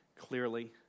clearly